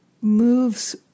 moves